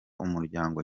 umuryango